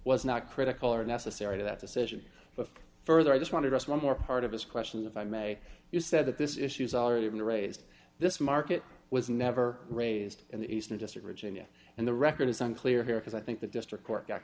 was not critical or necessary to that decision but further i just wanted us one more part of his question if i may you said that this issue's already been raised this market was never raised in the eastern district region yet and the record is unclear here because i think the district court got